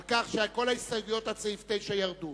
על כך שכל ההסתייגויות עד סעיף 9 הוסרו.